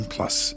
Plus